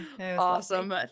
Awesome